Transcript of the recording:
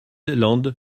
land